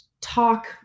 talk